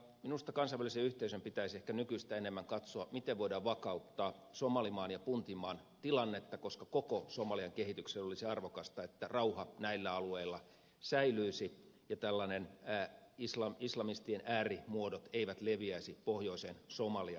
minusta kansainvälisen yhteisön pitäisi ehkä nykyistä enemmän katsoa miten voidaan vakauttaa somalimaan ja puntmaan tilannetta koska koko somalian kehitykselle olisi arvokasta että rauha näillä alueilla säilyisi ja tällaiset islamistien äärimuodot eivät leviäisi pohjoiseen somaliaan